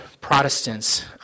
Protestants